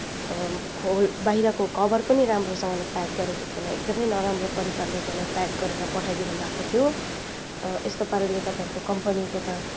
खोल बाहिरको कभर पनि राम्रोसँगले प्याक गरेको थिएन एकदमै नराम्रो प्रकारले त्यसलाई प्याक गरेर पठाइदिनु भएको थियो यस्तो पाराले तपाईँहरूको कम्पनीको त